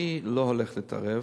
אני לא הולך להתערב,